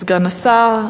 סגן השר,